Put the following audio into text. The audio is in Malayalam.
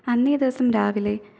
അന്നേദിവസം രാവിലെ